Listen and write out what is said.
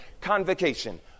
convocation